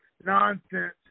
nonsense